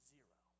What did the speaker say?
Zero